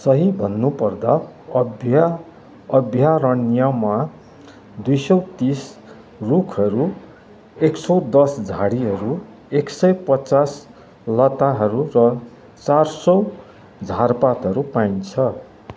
सही भन्नुपर्दा अभ्या अभ्यारण्यमा दुई सौ तिस रुखहरू एक सौ दस झाडीहरू एक सय पचास लताहरू र चार सौ झारपातहरू पाइन्छ